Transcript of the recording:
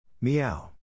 Meow